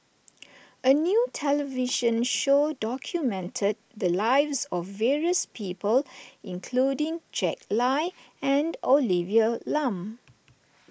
a new television show documented the lives of various people including Jack Lai and Olivia Lum